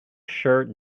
shirt